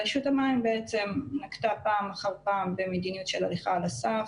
רשות המים בעצם נקטה פעם אחר פעם במדיניות של הליכה על הסף.